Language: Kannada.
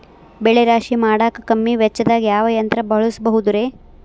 ಬೆಳೆ ರಾಶಿ ಮಾಡಾಕ ಕಮ್ಮಿ ವೆಚ್ಚದಾಗ ಯಾವ ಯಂತ್ರ ಬಳಸಬಹುದುರೇ?